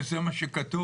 זה מה שכתוב.